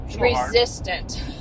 resistant